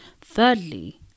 thirdly